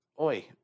Oi